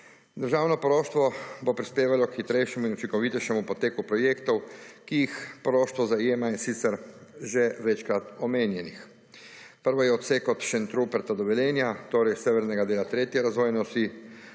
Državno poroštvo bo prispevalo k hitrejšemu in učinkovitejšemu poteku projektov, ki jih poroštvo zajema, in sicer že večkrat omenjenih. Prvi je odsek od Šentruperta do Velenja, torej severnega dela tretje razvojne osi,